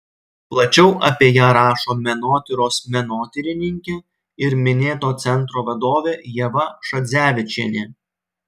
plačiau apie ją rašo menotyros menotyrininkė ir minėto centro vadovė ieva šadzevičienė